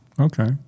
Okay